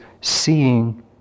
seeing